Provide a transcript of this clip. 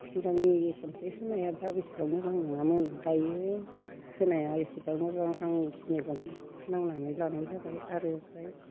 सिगांनि खनसे होनायाबा बिसिबां मोजां नङामोन दायो होनाया इसिबां मोजां आं मेगन नांनानै लानाय जाबाय आरो फ्राय